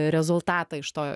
rezultatą iš to